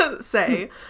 say